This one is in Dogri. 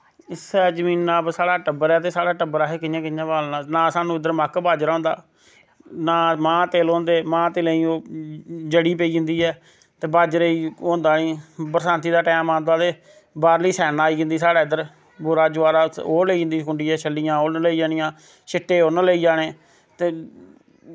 इस्सै जमीना पर साढ़ा टब्बर ऐ ते साढ़ा टब्बर असें कियां कियां पालना ना स्हानू इध्दर मक्क बाजरा होंदा ना माह्ं तिल होंदे माह्ं तिलेंई ओह् जड़ी पेई जंदी ऐ ते बाज्जरे ई होंदा नी बरसांती दा टैम आंदा ते बाह्रली सैना आई जंदी साढ़ै इध्दर बूरा जोआरा ओह् लेई जंदी खुंडियै शल्लियां उनें लेई जानियां सिट्टे उनें लेई जाने ते